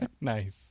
Nice